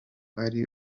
ari